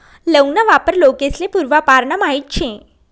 लौंग ना वापर लोकेस्ले पूर्वापारना माहित शे